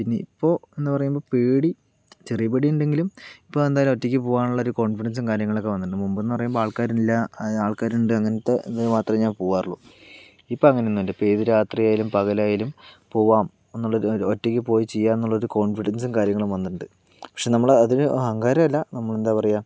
പിന്നെ ഇപ്പോൾ എന്ന് പറയുമ്പോൾ പേടി ചെറിയ പേടി ഇണ്ടെങ്കിലും ഇപ്പോൾ എന്തായാലും ഒറ്റക്ക് പോകാനുള്ള ഒരു കോൺഫിഡൻസും കാര്യങ്ങളൊക്കെ വന്നിട്ടുണ്ട് മുൻപ് എന്ന് പറയുമ്പോ ആൾക്കാര് ഇല്ല അതായത് ആൾക്കാരുണ്ട് അങ്ങനത്തെ ഇത് മാത്രേ ഞാൻ പോകാറുള്ളൂ ഇപ്പോൾ അങ്ങനെ ഒന്നുമല്ല ഇപ്പം ഏത് രാത്രിയായാലും പകലായാലും പോവാം എന്നുള്ള ഒരു ഒറ്റക്ക് പോയി ചെയ്യാം എന്നുള്ള ഒരു കോൺഫിഡൻസും കാര്യങ്ങളും വന്നിട്ടുണ്ട് പക്ഷെ നമ്മൾ അതിന് അഹങ്കാരമില്ല നമ്മൾ എന്താ പറയുക